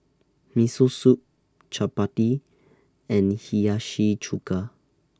Miso Soup Chapati and Hiyashi Chuka